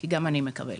גם אני מקבלת.